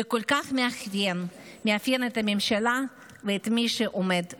וכל כך מאפיין את הממשלה ואת מי שעומד בראשה.